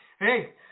Hey